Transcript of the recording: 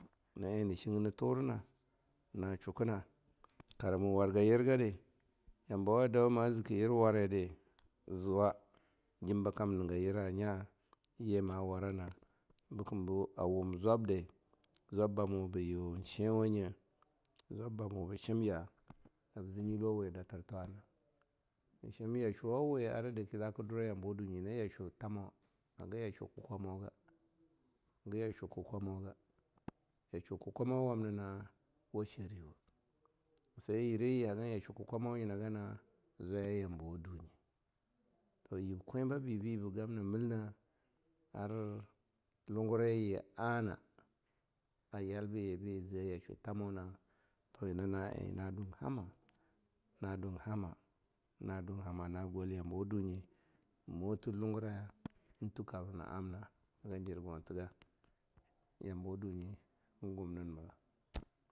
Na eh na chingir na turah na, na chukuna, kara ma warga yir gade, tambawa dau ma ziki yiwarai di zuwa jim bakam niga yira nga yi ma wara na bkem bi awum zwab di bi uyiu shwanye, awabba mu bi shimya, nab zi nyilwa wi a dattir thwana. Mi shim yashwuwawi ara daki zake dura yambawa dunyi nyina yashwu thamawa haga yashwu kukumau ga, ya yashwu kukummau wam ni wa shriwah, se yiraji hagan yashwu kukwamawa yina gana zwaya yambawa dunyi. Toh yib kwen babibi ba gamna millah ar lungurai yin ana a yal bi yi bi zhe yashwu yhama toh yina na eh da dun hama, na dun hama na dwan hama, na gwel yambawa dunyi eh motir lunguraya eh tukabra na am na haga jirgontiga, yambawa dunye eh gumnin mira.